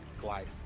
glide